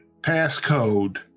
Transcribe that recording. Passcode